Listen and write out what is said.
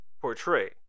portray